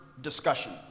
discussion